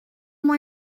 moi